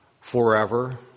forever